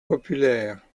populaires